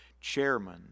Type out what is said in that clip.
chairman